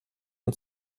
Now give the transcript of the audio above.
und